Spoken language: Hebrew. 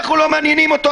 אנחנו לא מעניינים אותו,